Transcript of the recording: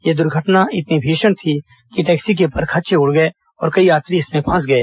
यह द्वर्घटना इतनी भीषण थी कि टैक्सी के परखच्चे उड़ गए और कई यात्री इमसें फंस गए